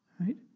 right